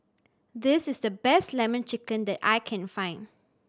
this is the best Lemon Chicken that I can find